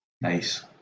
Nice